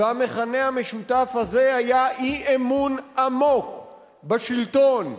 והמכנה המשותף הזה היה אי-אמון עמוק בשלטון,